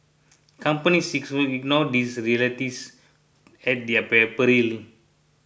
companies ignore these realities at their peril